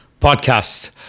podcast